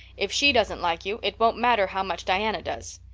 if she doesn't like you it won't matter how much diana does.